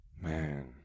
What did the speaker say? Man